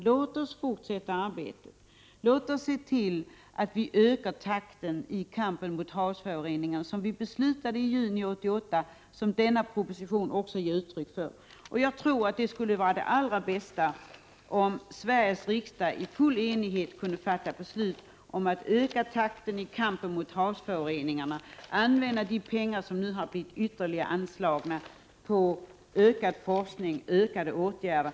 Låt oss fortsätta arbetet, låt oss se till att vi ökar takten i kampen mot havsföroreningarna, så som vi fattade beslut om i juni 1988 och så som föreslås även i den förevarande propositionen. Jag tror att det allra bästa sättet vore om Sveriges riksdag i full enighet kunde fatta beslut om att öka takten i kampen mot havsföroreningarna, använda de pengar som ytterligare har anslagits till ökad forskning och vidare åtgärder.